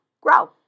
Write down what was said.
grow